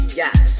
yes